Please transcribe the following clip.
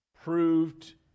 proved